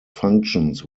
functions